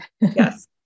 Yes